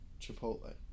Chipotle